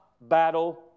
battle